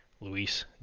Luis